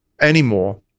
anymore